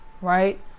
Right